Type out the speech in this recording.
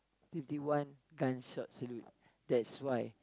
fifty one times up to read that's why